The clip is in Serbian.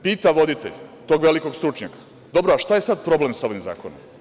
Pita voditelj tog velikog stručnjaka – dobro, a šta je sad problem sa ovim zakonom?